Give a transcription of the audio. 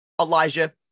Elijah